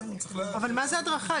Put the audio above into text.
אבל מה זה הדרכה?